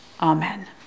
Amen